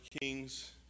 Kings